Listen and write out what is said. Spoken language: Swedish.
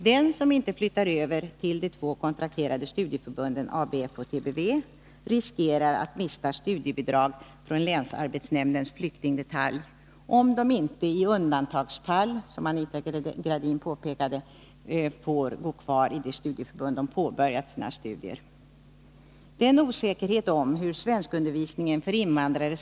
De som inte flyttar över till de två kontrakterade studieförbunden ABF och TBV riskerar att mista studiebidrag från länsarbetsnämndens flyktingdetalj, om de inte i undantagsfall, som Anita Gradin påpekade, får gå kvar i det studieförbund där de påbörjat sina studier. Den osäkerhet om hur svenskundervisningen för invandrare skall vandrare : e :: j ?